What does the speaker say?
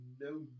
no